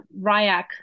Ryak